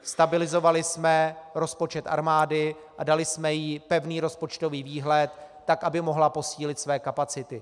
Stabilizovali jsme rozpočet armády a dali jsme jí pevný rozpočtový výhled tak, aby mohla posílit své kapacity.